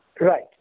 Right